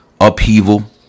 upheaval